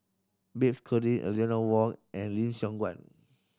Bafe Conde Eleanor Wong and Lim Siong Guan